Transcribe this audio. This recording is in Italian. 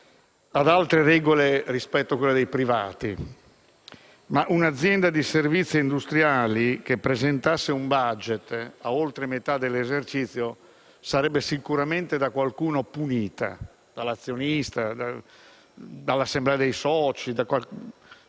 ad altre regole rispetto a quelle dei privati, ma un'azienda di servizi industriali che presentasse un*budget* a oltre metà dell'esercizio sarebbe sicuramente punita da qualcuno: dall'azionista, dall'assemblea dei soci, dai